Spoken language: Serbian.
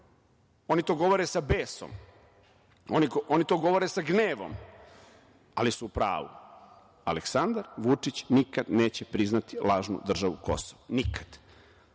Oni to govore sa besom, oni to govore sa gnevom, ali su u pravu. Aleksandar Vučić nikad neće priznati lažnu državu Kosovo. Nikad. Srpska